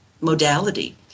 modality